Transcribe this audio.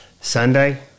Sunday